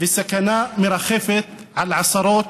וסכנה מרחפת על עשרות,